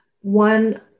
one